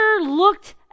looked